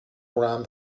around